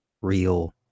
real